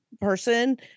person